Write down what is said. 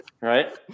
Right